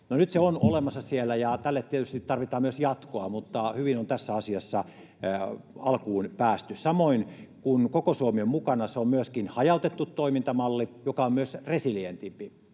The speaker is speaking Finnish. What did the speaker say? nyt se on olemassa siellä, ja tälle tietysti tarvitaan myös jatkoa, mutta hyvin on tässä asiassa alkuun päästy. Samoin, kun koko Suomi on mukana, se on myöskin hajautettu toimintamalli, joka on myös resilientimpi,